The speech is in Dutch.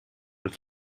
het